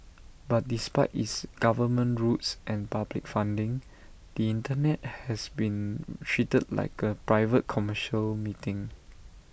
but despite its government roots and public funding the Internet has been treated like A private commercial meeting